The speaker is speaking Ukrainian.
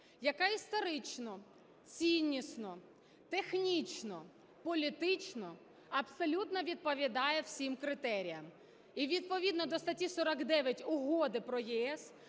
яка історично, фінішно, технічно, політично абсолютно відповідає всім критеріям. І відповідно до статті 49 Угоди про ЄС